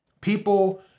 people